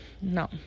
no